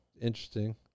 interesting